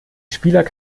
spieler